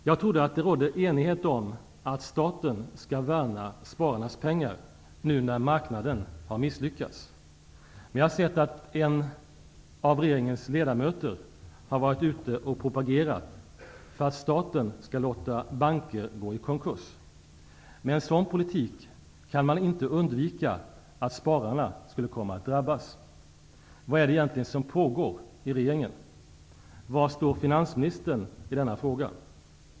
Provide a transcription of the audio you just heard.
Jag trodde att det rådde enighet om att staten skall värna om spararnas pengar, nu när marknaden har misslyckats. Men jag har sett att en av regeringens ledamöter har varit ute och propagerat för att staten skall låta banker gå i konkurs. Med en sådan politik kan man inte undvika att spararna skulle komma att drabbas. Vad är det egentligen som pågår i regeringen? Var står finansministern i denna fråga?